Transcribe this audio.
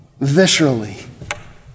viscerally